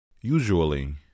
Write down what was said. Usually